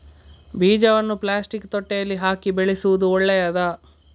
ಬೀಜವನ್ನು ಪ್ಲಾಸ್ಟಿಕ್ ತೊಟ್ಟೆಯಲ್ಲಿ ಹಾಕಿ ಬೆಳೆಸುವುದು ಒಳ್ಳೆಯದಾ?